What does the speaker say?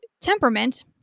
temperament